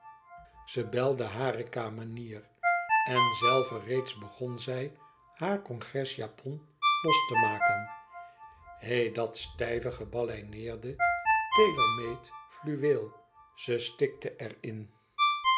ze belde hare kamenier en zelve reeds begon zij haar congresjapon los te haken hé dat stijve gebaleineerde tailor made fluweel ze stikte er in